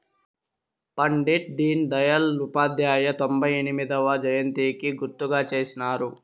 పండిట్ డీన్ దయల్ ఉపాధ్యాయ తొంభై ఎనిమొదవ జయంతికి గుర్తుగా చేసినారు